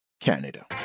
Canada